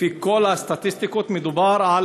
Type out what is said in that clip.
לפי כל הסטטיסטיקות, מדובר על